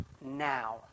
now